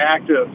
active